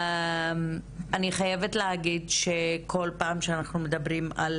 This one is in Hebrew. אני חייבת להגיד שכל פעם שאנחנו מדברים על